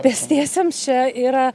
pėstiesiems čia yra